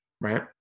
right